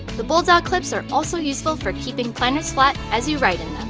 the bulldog clips are also useful for keeping planners flat as you write in